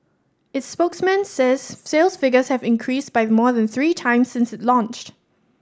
its spokesman says sales figures have increased by more than three times since it launched